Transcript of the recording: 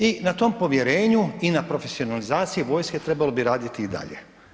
I na tom povjerenju i na profesionalizaciji vojske trebalo bi raditi i dalje.